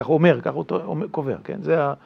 כך הוא אומר, כך הוא קובע, כן? זה ה...